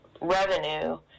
revenue